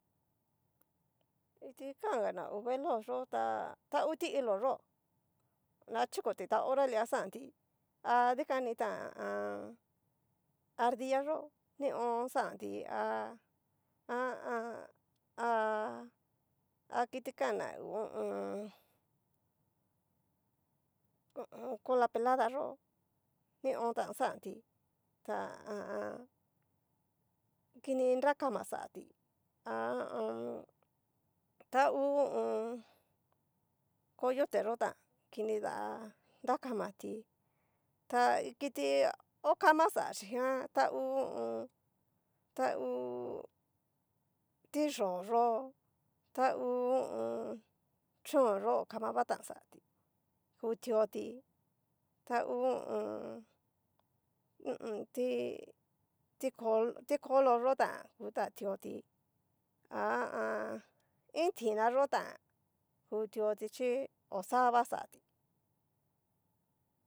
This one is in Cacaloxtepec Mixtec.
Iti kangana hu veloz yo ta, ta ngu ti'ilo yo'o, na chikoti ta hora lia xanti a dikan tán, ardilla yo'o nion xanti ha ha a an. a kitikanna ngu ho o on. ho o on. cola pelada yó, nion tán xanti ta ha a an. kini nra kama xatí. ha a an. ta ngu ho o on. coyote yó tán kini dá nra kamatí, ta kiti ho kama xachijan tá hu ho o on. ta hu tixoyo ta hu ho o on. chón yo'o o kama va tan xatí, ku tioti ta ngu ho o on. u ummm tí tiko tikolo yo'o tán, kután tioti, ha a an. iin tina yó tán ku tioti chí oxava xatí.